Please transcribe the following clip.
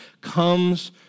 comes